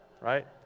Right